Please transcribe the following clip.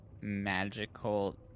magical